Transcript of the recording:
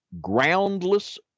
Groundless